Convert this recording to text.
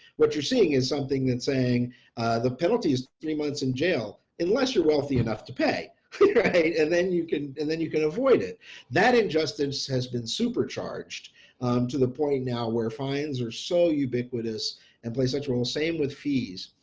what you're seeing is something that saying the penalty is three months in jail, unless you're wealthy enough to pay right and then you can, and then you can avoid it. forty seven that injustice has been supercharged to the point now where fines are so ubiquitous and play central same with fees.